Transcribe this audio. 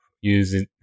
Using